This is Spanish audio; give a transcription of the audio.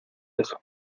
eso